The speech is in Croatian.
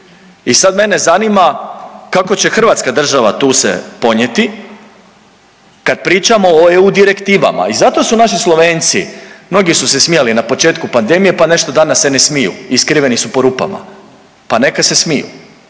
I sad mene zanima kako će hrvatska država tu se ponijeti kad pričamo o EU direktivama. I zato su naši Slovenci, mnogi su se smijali na početku pandemije pa nešto danas se ne smiju i skriveni su po rupama, pa neka se smiju,